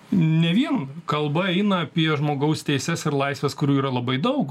ne vien kalba eina apie žmogaus teises ir laisves kurių yra labai daug